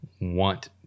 want